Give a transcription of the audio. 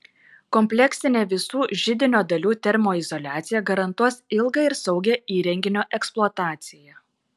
kompleksinė visų židinio dalių termoizoliacija garantuos ilgą ir saugią įrenginio eksploataciją